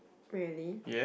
really